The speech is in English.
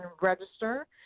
register